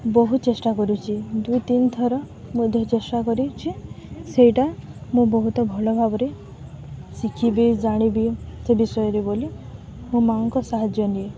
ବହୁ ଚେଷ୍ଟା କରୁଛି ଦୁଇ ତିନି ଥର ମଧ୍ୟ ଚେଷ୍ଟା କରିଛିି ସେଇଟା ମୁଁ ବହୁତ ଭଲ ଭାବରେ ଶିଖିବି ଜାଣିବି ସେ ବିଷୟରେ ବୋଲି ମୋ ମାଆଙ୍କ ସାହାଯ୍ୟ ନିଏ